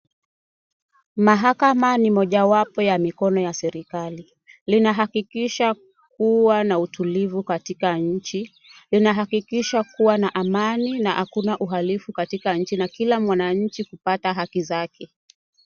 Mahakama ni mojawapo ya mikono ya serikali. Linahakikisha kuwa na utulivu katika nchi. Linahakikisha kuwa na amani na hakuna uhalifu katika nchi na kila mwananchi kupata haki zake.